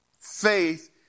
Faith